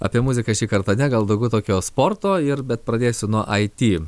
apie muziką šį kartą ne gal daugiau tokio sporto ir bet pradėsiu nuo aity